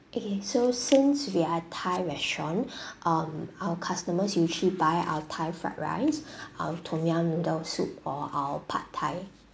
okay so since we are thai restaurant um our customers usually buy our thai fried rice um tom yum noodle soup or our pad thai